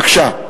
בבקשה.